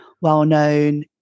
well-known